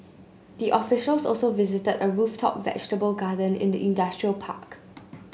the officials also visited a rooftop vegetable garden in the industrial park